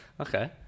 Okay